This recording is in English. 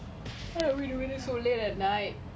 why we doing this so late at night